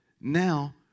now